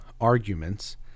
arguments